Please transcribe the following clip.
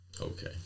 Okay